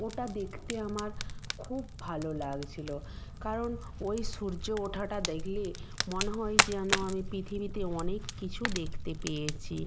ওটা দেখতে আমার খুব ভালো লাগছিল কারণ ওই সুর্য ওঠাটা দেখলে মনে হয় যেন আমি পৃথিবীতে অনেক কিছু দেখতে পেয়েছি